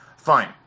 Fine